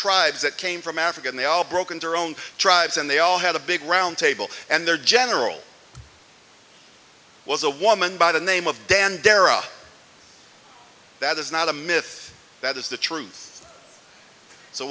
tribes that came from africa and they all broken their own tribes and they all had a big round table and their general was a woman by the name of dan darrow that is not a myth that is the truth so